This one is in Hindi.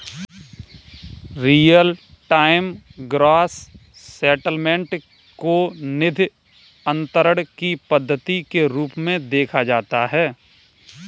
रीयल टाइम ग्रॉस सेटलमेंट को निधि अंतरण की पद्धति के रूप में देखा जाता है